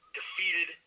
defeated